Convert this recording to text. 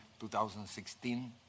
2016